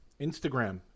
Instagram